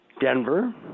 Denver